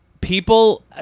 people